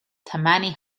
tammany